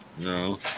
no